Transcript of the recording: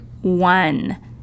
one